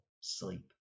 sleep